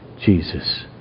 Jesus